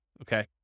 Okay